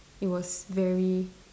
it was very